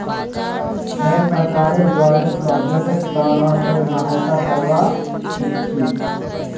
फेर सरकारेर द्वारे शोधेर त न से सहायता करवा सीखछी